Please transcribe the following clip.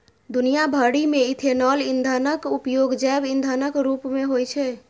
दुनिया भरि मे इथेनॉल ईंधनक उपयोग जैव ईंधनक रूप मे होइ छै